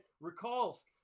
recalls